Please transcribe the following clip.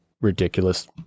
ridiculous